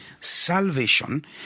salvation